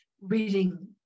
reading